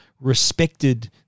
respected